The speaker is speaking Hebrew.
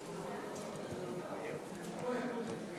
שלוש דקות.